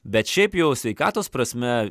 bet šiaip jau sveikatos prasme